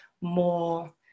more